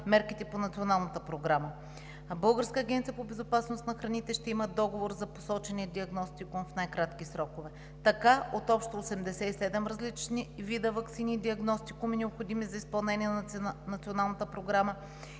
мерките по Националната програма“. Българската агенция по безопасност на храните ще има договор за посочения диагностикум в най-кратки срокове. Така от общо 87 различни вида ваксини и диагностикуми, необходими за изпълнение на Националната програма,